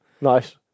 Nice